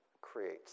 creates